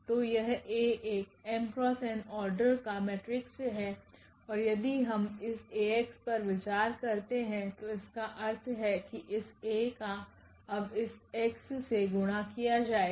तो यह𝐴एक 𝑚×𝑛आर्डर का मेट्रिक्स है और यदि हम इस 𝐴𝑥पर विचार करते है तोइसका अर्थ है कि इस𝐴 काअब इस x से गुणा किया जाएगा